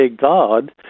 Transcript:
God